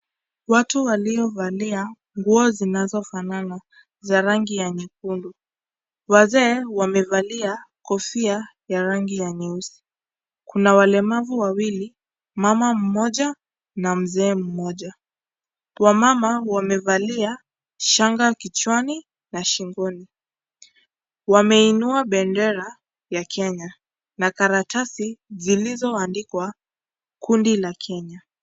Watu waliovalia nguo zinazofanana za rangi ya nyekundu. Wazee wamevalia kofia ya rangi ya nyeusi . Kuna walemavu wawili, mama mmoja, na mzee mmoja. Wamama wamevalia shanga kichwa na shingoni. Wameinua bendera ya Kenya na karatasi zilizoandikwa kundi la Kenya.